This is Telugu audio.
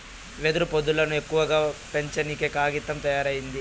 వెదురు పొదల్లను ఎక్కువగా పెంచినంకే కాగితం తయారైంది